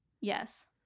Yes